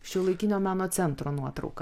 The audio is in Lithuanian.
šiuolaikinio meno centro nuotrauka